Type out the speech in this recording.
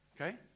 Okay